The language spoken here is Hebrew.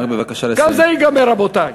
גם זה ייגמר, רבותי.